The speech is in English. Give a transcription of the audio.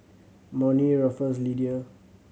Monnie Ruffus Lidia